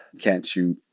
can't shoot.